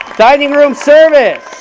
dining room service.